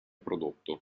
prodotto